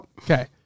Okay